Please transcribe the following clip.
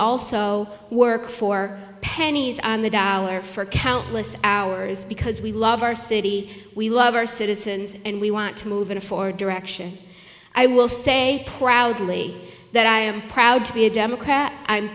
also work for pennies on the dollar for countless hours because we love our city we love our citizens and we want to move in a forward direction i will say proudly that i am proud to be a democrat i'm